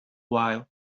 while